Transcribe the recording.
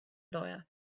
lawyer